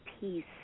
peace